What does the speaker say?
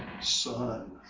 son